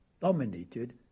dominated